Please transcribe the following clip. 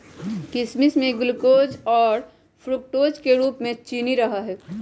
किशमिश में ग्लूकोज और फ्रुक्टोज के रूप में चीनी रहा हई